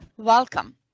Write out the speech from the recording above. Welcome